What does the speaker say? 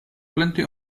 plenty